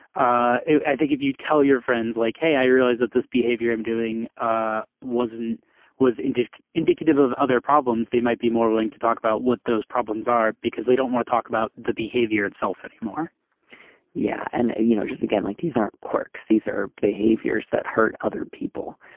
i think if you'd call your friends like hey i realize that this behavior i'm doing ah wasn't was indicative indicative of other problems they might be more willing to talk about what those problems are because they don't want to talk about the behavior itself anymore yeah. and ah you know just again like these aren't quirks these are behaviors that hurt other people.